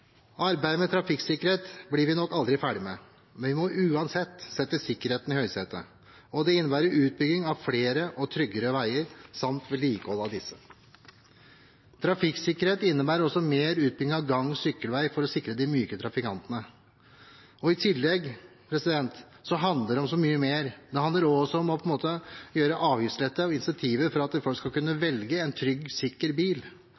Arbeidet med trafikksikkerhet blir vi nok aldri ferdig med, men vi må uansett sette sikkerheten i høysetet. Det innebærer utbygging av flere og tryggere veier, samt vedlikehold av disse. Trafikksikkerhet innebærer også mer utbygging av gang- og sykkelveier for å sikre de myke trafikantene. Og det handler om så mye mer. Det handler også om avgiftsletter og incentiver for at folk skal kunne velge en trygg og sikker bil.